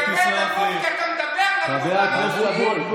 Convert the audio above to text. תקבל נמוך כי אתה מדבר נמוך, חבר הכנסת אבוטבול,